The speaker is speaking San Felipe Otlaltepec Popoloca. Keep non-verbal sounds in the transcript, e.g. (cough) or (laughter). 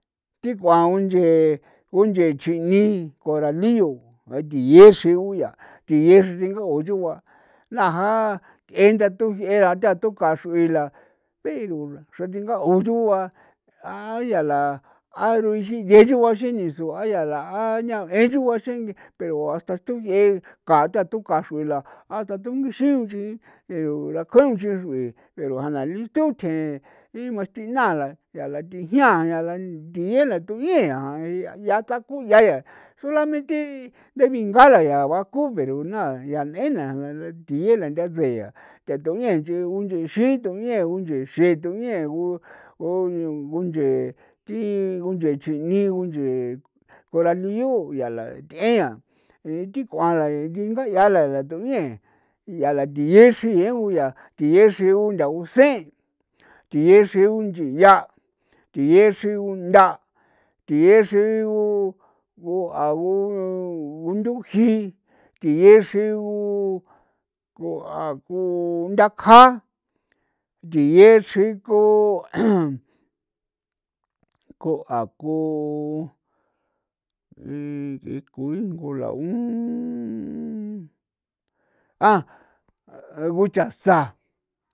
Thi k'uan unche unche chi'ni coralillo are thiye xri uyaa thiye chringaka'o chugua na ja k'e nda tujie'era thatuka'a xru'i la pero xra thinga'o chugua ayaa la aro ixin yee chugua ixin ni su'a la ya a ña'e chugua xinye pero hasta tuye'e kata tuka xruela hasta tungixin unchi are rakjaun nchi xr'ui pero jana listun tjee mastinala yaa la thi jian yaa la thiye la tuyeaa yaa takuya ya solamente nthe bingala yaa baku pero na ya n'en na na la thiye la ntha tsee ya nthatuñee nche unchexin tuñee unchexin tuñee gu kunchee thi kunchee chinii kunchee coralillo yaa la th'en ya je'e thi k'uan la thinga ya la la tu'ñee yaa la thiye xri go yaa thiye xri gu ntha usen, thiye xri gunchi ya, thiye xri untha', thiye xri gu a gu gunthujin, thiye xri gu ku kuntha kjan, thiye xri ko (noise) ko a ko (hesitation) iko ingu la (hesitation) (noise) kuchasan.